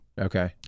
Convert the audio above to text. Okay